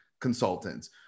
consultants